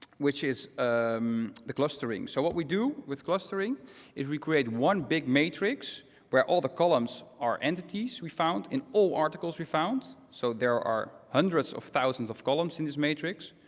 which is the clustering. so what we do with clustering is we create one big matrix where all the columns are entities we found and all articles we found. so there are hundreds of thousands of columns in the matrix,